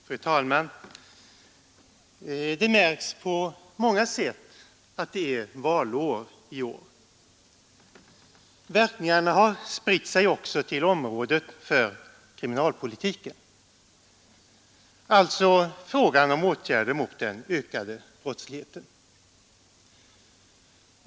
Fru talman! Det märks på många sätt att det är valår i år. Verkningarna har spritt sig också till området för kriminalpolitiken, alltså frågan om åtgärder mot den ökade brottsligheten.